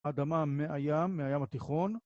אדמה מהים, מהים התיכון.